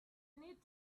need